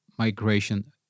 migration